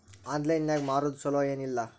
Online ನಾಗ್ ಮಾರೋದು ಛಲೋ ಏನ್ ಇಲ್ಲ?